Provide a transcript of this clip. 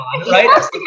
Right